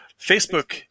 Facebook